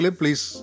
please